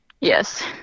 Yes